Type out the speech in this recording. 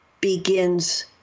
begins